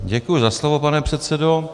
Děkuji za slovo, pane předsedo.